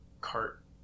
cart